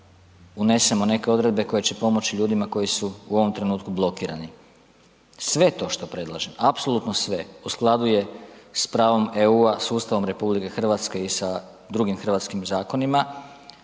unesemo neke odredbe koje će pomoći ljudima koji su u ovom trenutku blokirani. Sve to što predlažem, apsolutno sve u skladu je s pravom EU-a, sustavom RH i sa drugim hrvatskim zakonima,